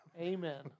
Amen